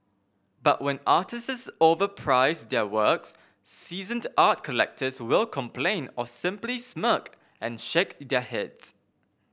but when artists overprice their works seasoned art collectors will complain or simply smirk and shake their heads